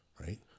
right